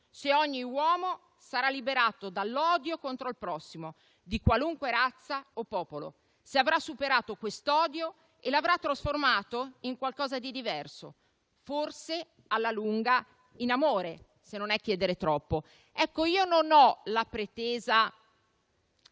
se ogni uomo sarà liberato dall'odio contro il prossimo, di qualunque razza o popolo, se avrà superato quest'odio e lo avrà trasformato in qualcosa di diverso, forse alla lunga, in amore, se non è chiedere troppo. Io non ho la pretesa